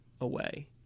away